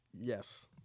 Yes